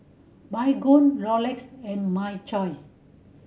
Baygon Rolex and My Choice